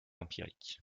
empirique